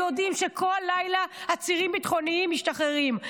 יודעים שבכל לילה עצירים ביטחוניים משתחררים.